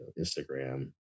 Instagram